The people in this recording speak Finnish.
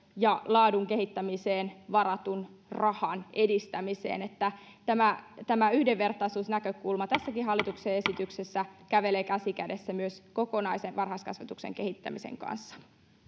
ja laadun kehittämiseen varatun rahan edistämisen eli tämä yhdenvertaisuusnäkökulma tässäkin hallituksen esityksessä kävelee käsi kädessä myös kokonaisen varhaiskasvatuksen kehittämisen kanssa